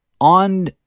on